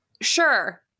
sure